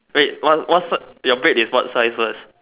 wait what what size your bed is what size